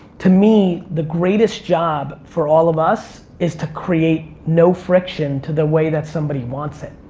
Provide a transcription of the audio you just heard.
to me, the greatest job for all of us is to create no friction to the way that somebody wants it.